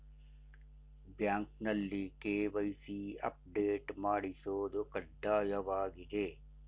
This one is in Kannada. ಬ್ಯಾಂಕ್ನಲ್ಲಿ ಕೆ.ವೈ.ಸಿ ಅಪ್ಡೇಟ್ ಮಾಡಿಸೋದು ಕಡ್ಡಾಯವಾಗಿದೆ